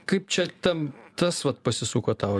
kaip čia tam tas vat pasisuko tau